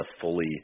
fully